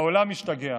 העולם השתגע.